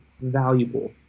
valuable